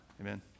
Amen